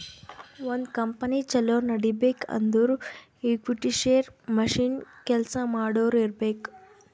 ಒಂದ್ ಕಂಪನಿ ಛಲೋ ನಡಿಬೇಕ್ ಅಂದುರ್ ಈಕ್ವಿಟಿ, ಶೇರ್, ಮಷಿನ್, ಕೆಲ್ಸಾ ಮಾಡೋರು ಇರ್ಬೇಕ್